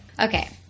Okay